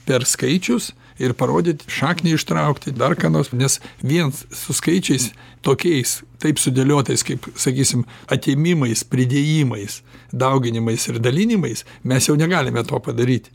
per skaičius ir parodyt šaknį ištraukti dar ką nors nes viens su skaičiais tokiais taip sudėliotas kaip sakysim atėmimais pridėjimais dauginimais ir dalinimais mes jau negalime to padaryti